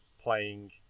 playing